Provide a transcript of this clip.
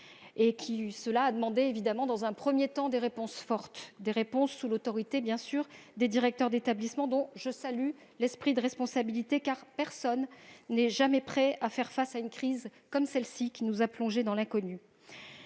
Cela a nécessité d'apporter dans un premier temps des réponses fortes, sous l'autorité des directeurs d'établissements, dont je salue l'esprit de responsabilité, car personne n'est jamais prêt à faire face à une crise comme celle-ci, qui nous a plongés dans l'inconnu.